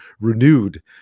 renewed